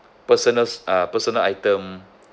personals uh personal item